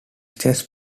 states